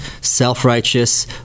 self-righteous